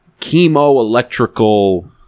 chemo-electrical